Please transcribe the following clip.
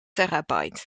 terabyte